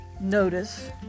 notice